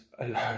alone